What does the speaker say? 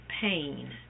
pain